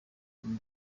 uyu